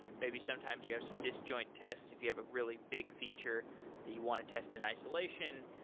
maybe, sometimes, you have some disjoint tests if you have a really big feature that you want to test in isolation.